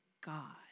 God